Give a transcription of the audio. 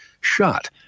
shot